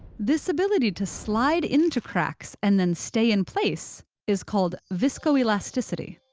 this ability to slide into cracks and then stay in place is called viscoelasticity.